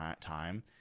time